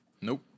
Nope